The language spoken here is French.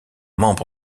membre